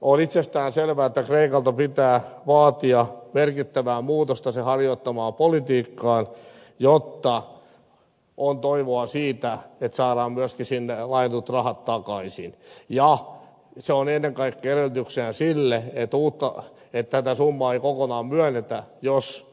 on itsestään selvää että kreikalta pitää vaatia merkittävää muutosta sen harjoittamaan politiikkaan jotta on toivoa siitä että saadaan myöskin sinne laitetut rahat takaisin ja se on ennen kaikkea edellytyksenä sille että tätä summaa ei kokonaan myönnetä jos